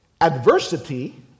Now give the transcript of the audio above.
Adversity